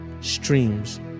streams